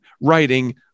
writing